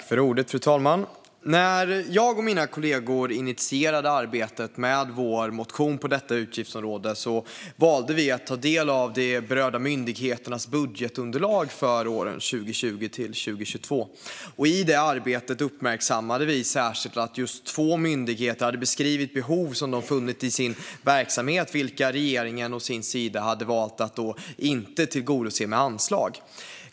Fru talman! När jag och mina kollegor initierade arbetet med vår motion på detta utgiftsområde valde vi att ta del av de berörda myndigheternas budgetunderlag för åren 2020-2022. I detta arbete uppmärksammade vi särskilt att två myndigheter hade beskrivit behov som de funnit i sin verksamhet, vilka regeringen å sin sida hade valt att inte tillgodose med anslag.